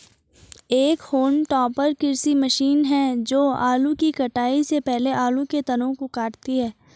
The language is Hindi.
एक होल्म टॉपर कृषि मशीन है जो आलू की कटाई से पहले आलू के तनों को काटती है